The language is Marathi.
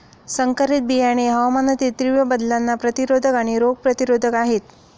संकरित बियाणे हवामानातील तीव्र बदलांना प्रतिरोधक आणि रोग प्रतिरोधक आहेत